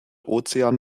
ozean